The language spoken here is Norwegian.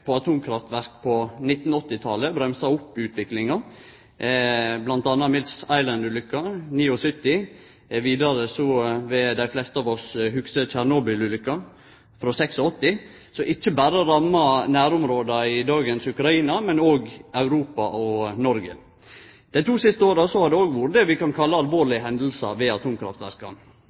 på atomkraftverk på 1980-talet bremsa opp utviklinga, bl.a. Three Mile Island-ulykka i 1979. Vidare vil dei fleste av oss hugse Tsjernobyl-ulykka i 1986, som ikkje berre ramma nærområda i dagens Ukraina, men òg Europa og Noreg. Dei to siste åra har det òg vore det vi kan kalle alvorlege hendingar ved atomkraftverka.